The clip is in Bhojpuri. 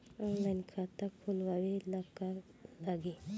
ऑनलाइन खाता खोलबाबे ला का का लागि?